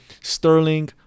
Sterling